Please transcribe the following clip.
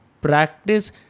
practice